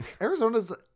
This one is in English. Arizona's